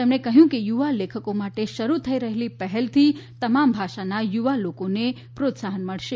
તેમણે કહ્યું કે યુવા લેખકો માટે શરૂ થઇ રહેલી પહેલથી તમામ ભાષાના યુવા લેખકોને પ્રોત્સાહન મળશે